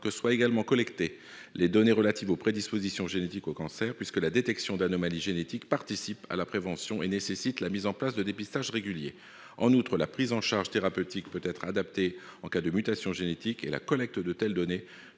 de collecter également les données relatives aux prédispositions génétiques aux cancers, puisque la détection d'anomalies génétiques participe à la prévention et nécessite la mise en place de dépistages réguliers. En outre, la prise en charge thérapeutique peut être adaptée en cas de mutation génétique et la collecte de telles données